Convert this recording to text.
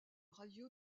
radio